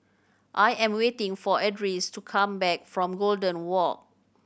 I am waiting for Edris to come back from Golden Walk